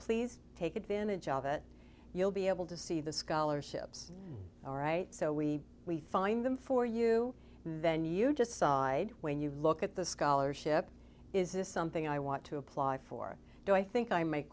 please take advantage of it you'll be able to see the scholarships all right so we we find them for you and then you decide when you look at the scholarship is this something i want to apply for do i think i m